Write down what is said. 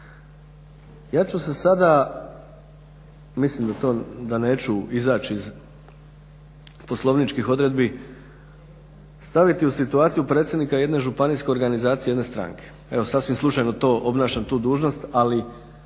Ja ću se sada, mislim da neću izaći iz poslovničkih odredbi, staviti u situaciju predsjednika jedne županijske organizacije jedne stranke. Evo, sasvim slučajno obnašam tu dužnost, ali